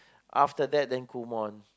after that then Kumon